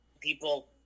people